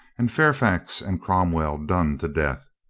and fairfax and cromwell done to death,